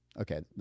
okay